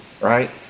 right